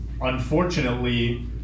unfortunately